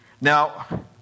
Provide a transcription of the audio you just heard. Now